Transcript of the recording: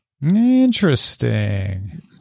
Interesting